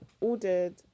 ordered